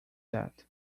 that